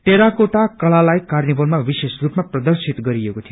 terracotta कलालाई कार्निवलमा विश्वेष स्रपमा प्रदर्शित गरिएको थियो